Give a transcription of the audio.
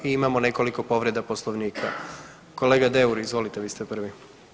Imamo nekoliko povreda Poslovnika, kolega Deur izvolite vi ste prvi.